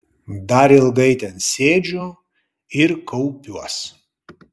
dar ilgai ten sėdžiu ir kaupiuos